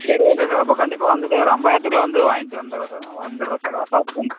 சரி okay sir அப்போ கண்டிப்பாக வந்துட்டு ஒரு ஐம்பதாயிரதுக்குள்ள வந்து வாங்கிட்டு வந்துர்றேன் சார் நான் வந்துர்றேன் சார்